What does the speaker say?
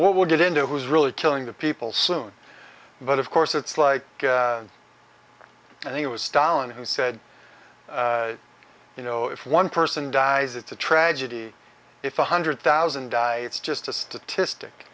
what would get into was really killing the people soon but of course it's like i think it was stalin who said you know if one person dies it's a tragedy if one hundred thousand die it's just a statistic